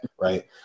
right